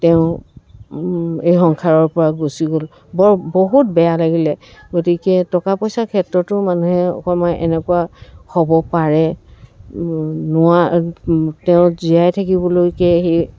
তেওঁ এই সংসাৰৰ পৰা গুচি গ'ল বৰ বহুত বেয়া লাগিলে গতিকে টকা পইচাই ক্ষেত্ৰতো মানুহে অকণমান এনেকুৱা হ'ব পাৰে নোৱা তেওঁ জীয়াই থাকিবলৈকে সেই